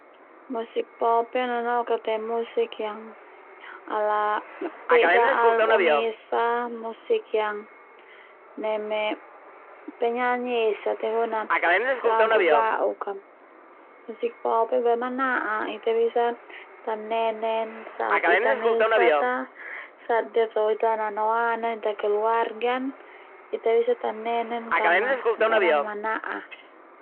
Musik pop ia nanoka te musik yang ala pe'da album esa musik yang neme penyanyi esa tehuna lagu bauk a musik pop ia boe mana'a Ita bisa tamnenen saat Ita mesat ta saat Ita to Ita nanoan Ita keluarga Ita bisa tamnenen karna memang mana'a.